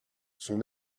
sont